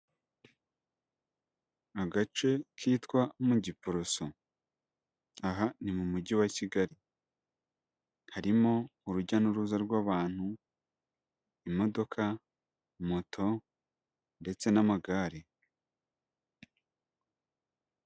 Agace kitwa mu Giporoso. Aha ni mu Mujyi wa Kigali, harimo urujya n'uruza rw'abantu, imodoka, moto ndetse n'amagare.